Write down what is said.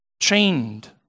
chained